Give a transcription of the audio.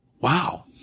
wow